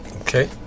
okay